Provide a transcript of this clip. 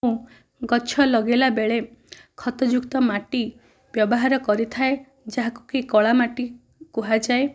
ମୁଁ ଗଛ ଲଗେଇଲା ବେଳେ ଖତ ଯୁକ୍ତ ମାଟି ବ୍ୟବହାର କରିଥାଏ ଯାହାକୁ କି କଳା ମାଟି କୁହାଯାଏ